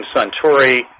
Suntory